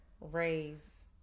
raise